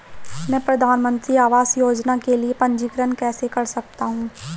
मैं प्रधानमंत्री आवास योजना के लिए पंजीकरण कैसे कर सकता हूं?